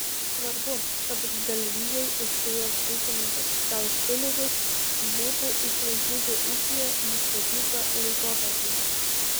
svarbu kad galvijai už kuriuos ūkininkas gaus pinigus būtų išlaikyti ūkyje nustatytą laikotarpį